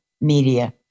media